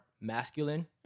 masculine